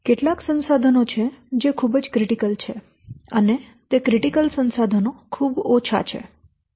કેટલાક સંસાધનો છે જે ખૂબ જ ક્રિટિકલ છે અને તે ક્રિટિકલ સંસાધનો ખૂબ ઓછા છે